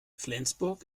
flensburg